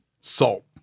salt